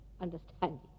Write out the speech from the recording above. understanding